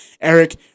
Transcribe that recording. Eric